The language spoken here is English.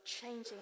changing